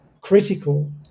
critical